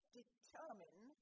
determine